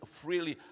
freely